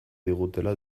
digutela